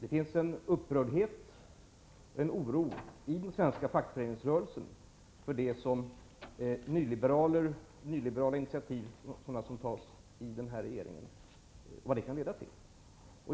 Det finns en upprördhet och en oro i den svenska fackföreningsrörelsen för vad sådana nyliberala initiativ som tas inom den nuvarande regeringen kan leda till.